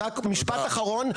רק משפט אחרון,